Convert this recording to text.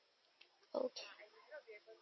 okay